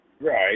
Right